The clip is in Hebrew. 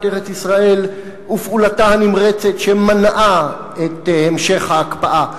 ארץ-ישראל ופעולתה הנמרצת שמנעה את המשך ההקפאה,